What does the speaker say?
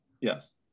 Yes